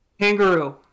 Kangaroo